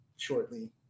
Shortly